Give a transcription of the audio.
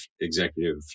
executive